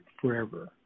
forever